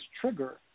trigger